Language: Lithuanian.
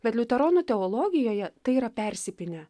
bet liuteronų teologijoje tai yra persipynę